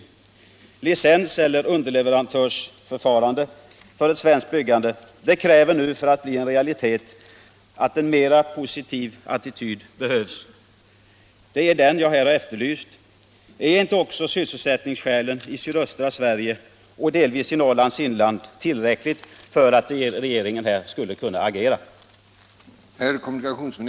För att ett licenseller underleverantörsförfarande för ett svenskt byggande skall bli en realitet krävs en mera positiv attityd. Det är den jag här har efterlyst. Är inte sysselsättningsskälen i sydöstra Sverige och delvis i Norrlands inland tillräckliga för att regeringen skulle agera i detta fall?